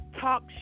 talk